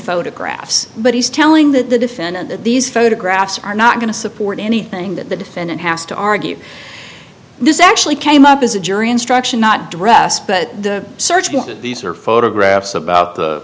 photographs but he's telling that the defendant that these photographs are not going to support anything that the defendant has to argue this actually came up as a jury instruction not dressed but the search wanted these are photographs about the